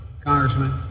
Congressman